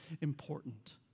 important